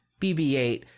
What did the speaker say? BB-8